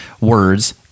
words